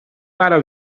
para